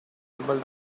able